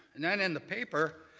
and then in the paper,